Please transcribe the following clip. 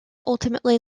ultimately